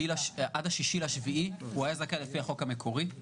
עד ה-6 ביולי הוא היה זכאי לפי החוק המקורי,